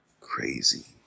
crazy